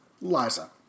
Liza